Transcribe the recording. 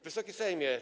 Wysoki Sejmie!